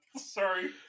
Sorry